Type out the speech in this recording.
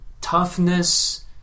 toughness